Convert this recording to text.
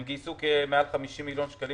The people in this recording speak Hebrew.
הם גייסו יותר מ-50 מיליון שקלים,